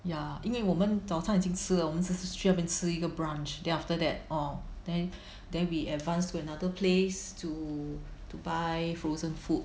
ya 因为我们早上已经吃了我们只是去那边吃一个 brunch then after that orh then then we advanced to another place to to buy frozen food